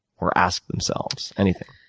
or ask themselves? anything?